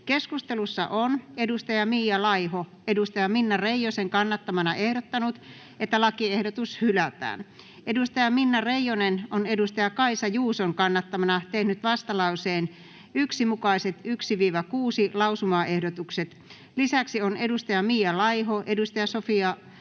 Keskustelussa on Mia Laiho Minna Reijosen kannattamana ehdottanut, että lakiehdotus hylätään. Minna Reijonen on Kaisa Juuson kannattamana tehnyt vastalauseen 1 mukaiset 1.—6. lausumaehdotuksen. Lisäksi on Mia Laiho Sofia